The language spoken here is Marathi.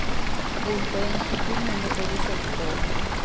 गुंतवणूक किती महिने करू शकतव?